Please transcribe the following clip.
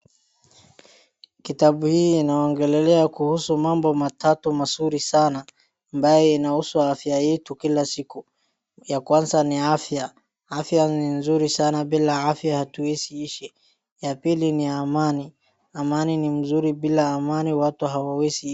Kitabu hii inaongelelea kuhusu mambo matatu mazuri sana ambayo inahusu afya yetu kila siku, ya kwanza ni afya, afya ni nzuri sana, bila afya hatuwezi ishi. Ya pili ni amani, amani ni mzuri, bila amani watu hawawezi ishi.